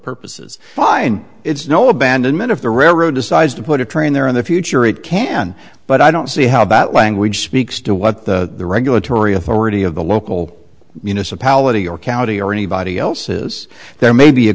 purposes fine it's no abandonment of the railroad decides to put a train there in the future it can but i don't see how that language speaks to what the regulatory authority of the local municipality or county or anybody else is there may be a